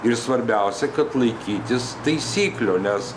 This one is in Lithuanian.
ir svarbiausia kad laikytis taisyklių nes